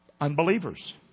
unbelievers